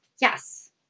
Yes